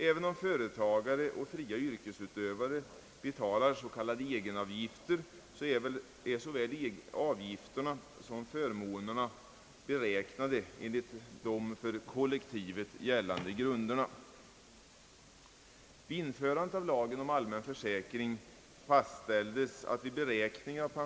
Även om företagare och fria yrkesutövare betalar s.k. egenavgifter så är såväl avgifter som förmåner beräknade enligt de för kollektivet gällande grunderna.